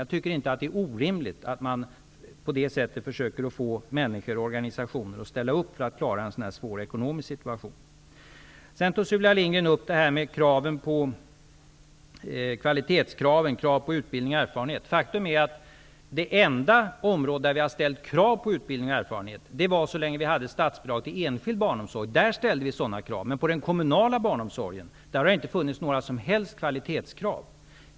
Jag tycker inte att det är orimligt att man på det sättet försöker få människor och organisationer att ställa upp för att klara en svår ekonomisk situation. Sylvia Lindgren tog sedan upp frågan om kvalitetskravet, krav på utbildning och erfarenhet inom barnomsorgen. Faktum är att det enda område där vi har ställt krav på utbildning och erfarenhet var enskild barnomsorg så länge vi hade statsbidrag till enskild barnomsorg. Men på den kommunala barnomsorgen har det inte ställts några som helst kvalitetskrav.